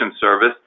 service